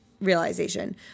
realization